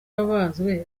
abazwe